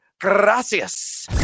Gracias